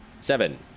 Seven